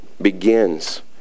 begins